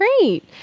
Great